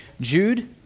Jude